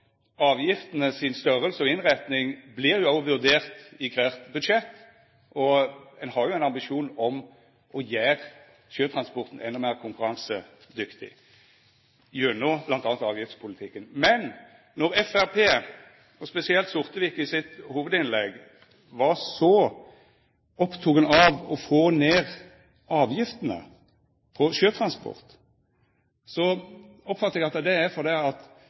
Avgiftene sin storleik og innretninga vert òg vurdert i kvart budsjett, og ein har ein ambisjon om å gjera sjøtransporten endå meir konkurransedyktig gjennom m.a. avgiftspolitikken. Når Framstegspartiet, og spesielt Sortevik i sitt hovudinnlegg, er så opptekne av å få ned avgiftene på sjøtransport, oppfattar eg at det er fordi at om ein får ned avgiftene på sjøtransport, sånn at kostnadene nærmar seg om lag det